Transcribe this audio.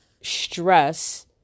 stress